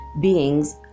beings